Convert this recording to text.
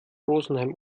rosenheim